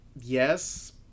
yes